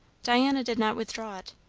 diana did not withdraw it,